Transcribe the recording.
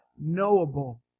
knowable